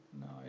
No